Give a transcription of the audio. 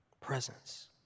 presence